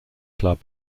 club